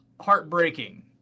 heartbreaking